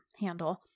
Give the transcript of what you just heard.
handle